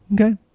Okay